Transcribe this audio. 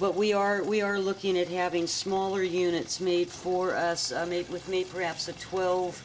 but we are we are looking at having smaller units made for us made with me perhaps a twelve